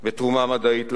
בתרומה מדעית לעולם,